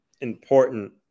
important –